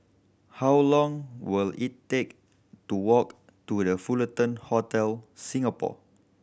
how long will it take to walk to The Fullerton Hotel Singapore